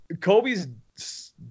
Kobe's